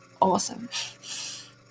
awesome